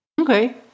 okay